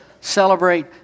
celebrate